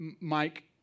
Mike